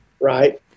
Right